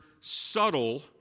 Subtle